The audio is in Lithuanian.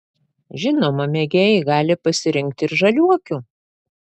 žinoma mėgėjai gali pasirinkti ir žaliuokių